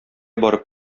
барып